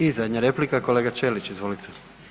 I zadnja replika, kolega Ćelić, izvolite.